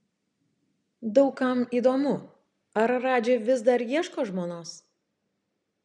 daug kam įdomu ar radži vis dar ieško žmonos